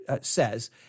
says